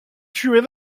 tuées